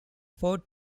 four